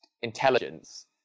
intelligence